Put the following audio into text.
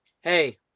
Hey